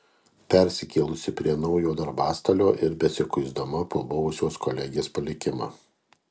persikėlusi prie naujo darbastalio ir besikuisdama po buvusios kolegės palikimą